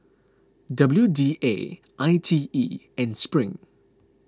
W D A I T E and Spring